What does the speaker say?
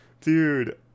Dude